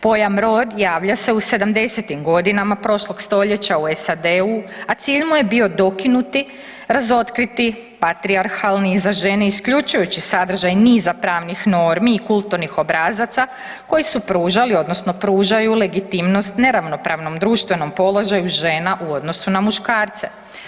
Pojam rod javlja se u sedamdesetim godinama prošlog stoljeća u SAD-u, a cilj mu je bio dokinuti, razotkriti patrijarhalni i za žene isključujući sadržaj niza pravnih normi i kulturnih obrazaca koji su pružali odnosno pružaju legitimnost neravnopravnom društvenom položaju žena u odnosu na muškarce.